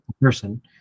person